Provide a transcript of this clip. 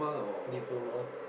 diploma